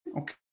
Okay